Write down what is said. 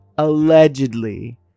allegedly